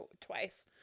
twice